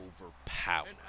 overpowered